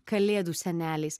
kalėdų seneliais